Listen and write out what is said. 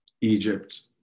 Egypt